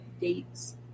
dates